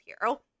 Hero